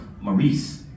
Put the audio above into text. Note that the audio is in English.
Maurice